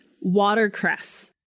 watercress